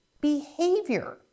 behavior